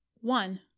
One